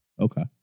Okay